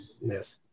Yes